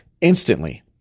instantly